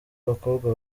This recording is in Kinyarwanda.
abakobwa